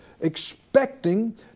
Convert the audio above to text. expecting